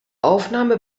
aufnahme